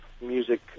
music